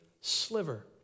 sliver